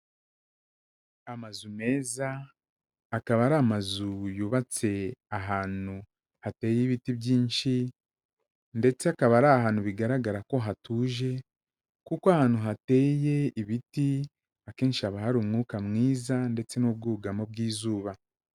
Amazu meza akaba ari amazu yubatse ahantu hateye ibiti byinshi ndetse akaba ari ahantu bigaragara ko hatuje kuko ahantu hateye ibiti akenshi haba hari umwuka mwiza ndetse n'ubwugamo bw'izuba.